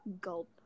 Gulp